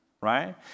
right